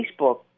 Facebook